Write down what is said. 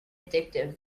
addictive